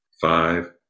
five